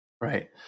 Right